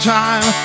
time